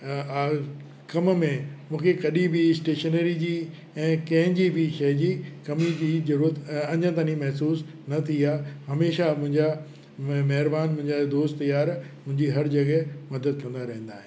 आ कम में मूंखे कॾहिं बि स्टेशनरी जी ऐं कंहिंजी बि शइ जी कमी जी ज़रूरत अञा ताईं महिसूसु न थी आहे हमेशह मुंहिंजा महिरबान मुंहिंजा दोस्त यार मुंहिंजी हर जॻहि मदद कंदा रहंदा आहिनि